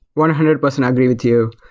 one hundred percent agree with you.